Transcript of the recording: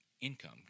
income